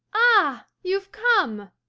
ah, you've come!